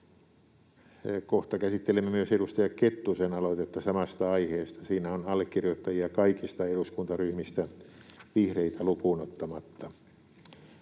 Kohta käsittelemme myös edustaja Kettusen aloitetta samasta aiheesta. Siinä on allekirjoittajia kaikista eduskuntaryhmistä vihreitä lukuun ottamatta.